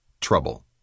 Trouble